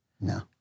No